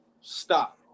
Stop